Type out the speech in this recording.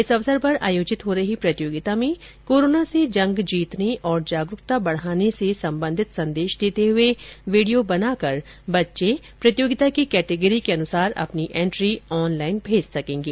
इस अवसर पर आयोजित हो रही प्रतियोगिता में कोरोना से जंग जीतने और और जागरूकता बढ़ाने से संबंधित संदेश देते हुए वीडियो बनाकर बच्चे प्रतियोगिता की कैटेगरी के अनुसार अपनी एंट्री ऑनलाइन भेज सकेंगे